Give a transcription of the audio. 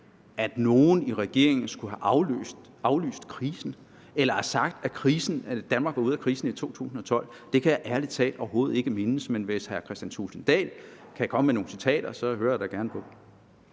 at nogle i regeringen skulle have aflyst krisen eller sagt, at Danmark var ude af krisen i 2012. Det kan jeg ærlig talt overhovedet ikke mindes, men hvis hr. Kristian Thulesen Dahl kan komme med nogle citater, hører jeg da gerne på